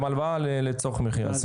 גם הלוואה לצורך מחייה,